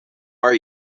are